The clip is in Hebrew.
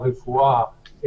הרפואה,